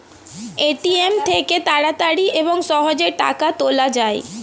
ATM থেকে তাড়াতাড়ি এবং সহজে টাকা তোলা যায়